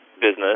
business